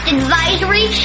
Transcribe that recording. Advisory